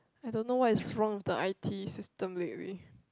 I don't know what is wrong with the I T system lately